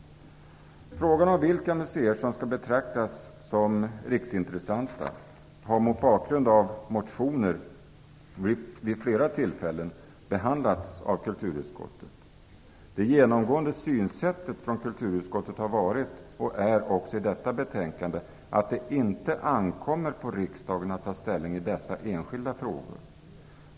Frågan om vilka museer som skall betraktas som riksintressanta har mot bakgrund av motioner vid flera tillfällen behandlats av kulturutskottet. Det genomgående synsättet har varit och är också i detta betänkande att det inte ankommer på riksdagen att ta ställning i dessa enskilda frågor.